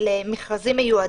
למכרזים מיועדים.